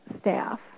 staff